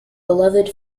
beloved